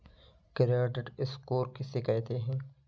Credit score किसे कहते हैं?